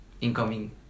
incoming